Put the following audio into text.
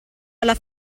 alla